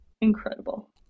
incredible